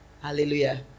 Hallelujah